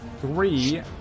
three